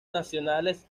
nacionales